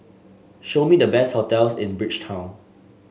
show me the best hotels in Bridgetown